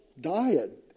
diet